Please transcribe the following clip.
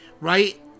right